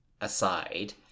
aside